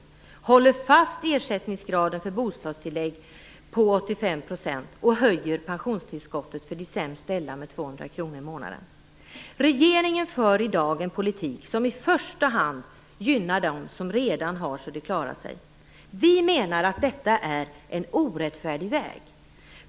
Vi håller fast ersättningsnivån för bostadstillägget på 85 % och höjer pensionstillskottet för de sämst ställda med 200 Regeringen för i dag en politik som i första hand gynnar dem som redan har så att de klarar sig. Vi menar att detta är en orättfärdig väg.